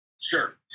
Sure